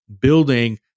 building